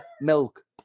Milk